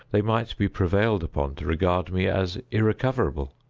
they might be prevailed upon to regard me as irrecoverable.